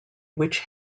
which